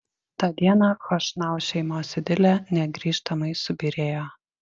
tą dieną chošnau šeimos idilė negrįžtamai subyrėjo